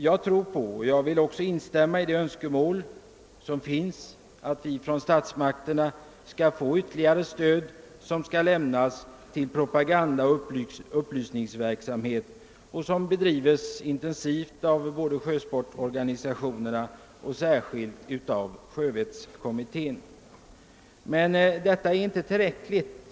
I stället tror jag — och därvidlag instämmer jag i de önskemål som framförts — att vi av statsmakterna borde få ytterligare stöd till propaganda och upplysning. Den verksamheten bedrives nu intensivt av sjösportorganisationerna och, speciellt, av sjövettskommittén. Detta är emellertid inte tillräckligt.